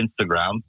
Instagram